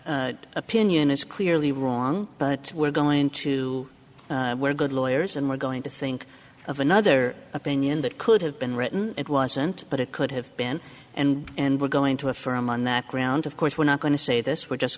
this opinion is clearly wrong but we're going to we're good lawyers and we're going to think of another opinion that could have been written it wasn't but it could have been and we're going to affirm on the ground of course we're not going to say this we're just